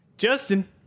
Justin